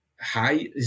high